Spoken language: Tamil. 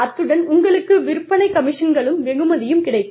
அத்துடன் உங்களுக்கு விற்பனை கமிஷன்களும் வெகுமதியும் கிடைக்கும்